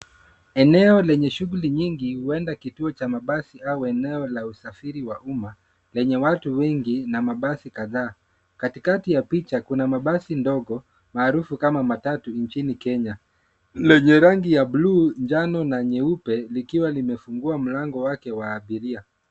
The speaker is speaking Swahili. Eneo lenye shughuli nyingi huenda kituo cha mabasi au eneo la usafiri wa uma lenye watu wengi na mabasi kadhaa. Katikati ya picha kuna mabasi ndogo maarufu kama matatu nchini Kenya lenye rangi ya blue , njano na nyeupe likiwa limefungua mlango wake wa abiria.